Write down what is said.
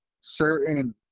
certain